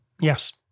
Yes